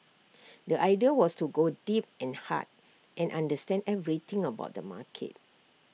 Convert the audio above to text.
the idea was to go deep and hard and understand everything about the market